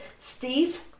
steve